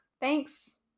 Thanks